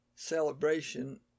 celebration